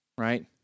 right